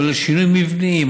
הכולל שינויים מבניים,